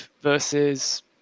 versus